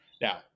now